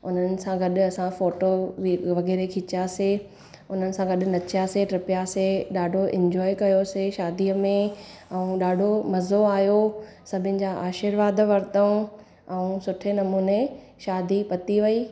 हुननि सां गॾु असां फ़ोटो बि वग़ैरह खिचियासीं हुननि सां गॾु नचियासीं टिपियासीं ॾाढो इन्जॉय कयोसीं शादीअ में ऐं ॾाढो मज़ो आहियो सभिनि जा आशीर्वाद वरतऊं ऐं सुठे नमूने शादी पती वई